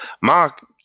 Mark